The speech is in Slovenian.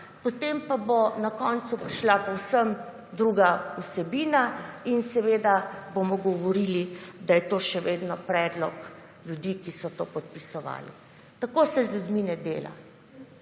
potem pa bo na koncu prišla povsem druga vsebina in bomo govorili, da je to še vedno predlog ljudi, ki so to podpisovali. Tako se z ljudmi ne dela,